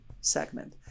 segment